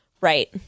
Right